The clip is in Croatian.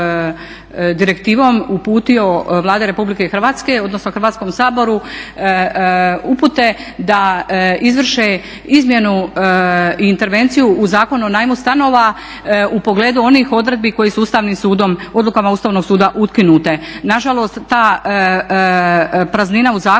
uputio Vlade Republike Hrvatske, odnosno Hrvatskom saboru upute da izvrše izmjenu i intervenciju u Zakonu o najmu stanova u pogledu onih odredbi koji su Ustavnim sudom, odlukama Ustavnog suda ukinute. Na žalost ta praznina u zakonu